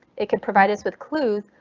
it could provide us with clues,